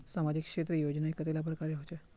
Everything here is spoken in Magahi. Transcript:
सामाजिक क्षेत्र योजनाएँ कतेला प्रकारेर होचे?